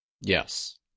Yes